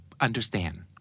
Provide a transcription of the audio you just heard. understand